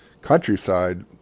countryside